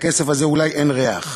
לכסף הזה אולי אין ריח,